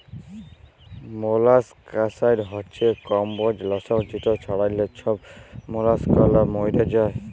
molluscicide হছে কমবজ লাসক যেট ছড়াল্যে ছব মলাসকালা ম্যইরে যায়